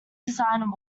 design